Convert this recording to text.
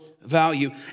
value